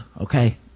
Okay